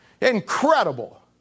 Incredible